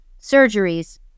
surgeries